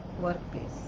workplace